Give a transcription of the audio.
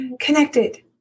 connected